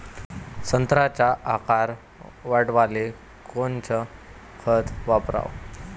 संत्र्याचा आकार वाढवाले कोणतं खत वापराव?